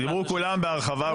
דיברו כולם בהרחבה ובנחת.